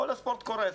כל הספורט קורס.